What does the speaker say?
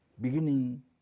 beginning